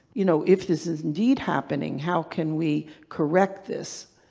you know, if this is indeed happening, how can we correct this?